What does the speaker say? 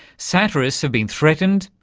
satirists have been threatened,